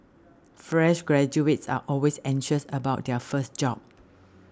fresh graduates are always anxious about their first job